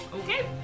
Okay